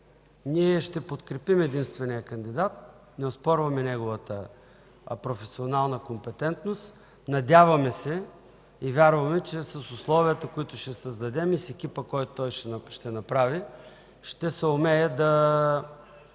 Ние ще подкрепим единствения кандидат, не оспорваме неговата професионална компетентност. Надяваме се и вярваме, че с условията, които ще създадем, и с екипа, който той ще направи, ще съумее да